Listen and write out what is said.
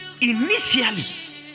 initially